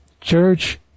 Church